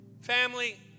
family